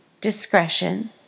discretion